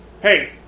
Hey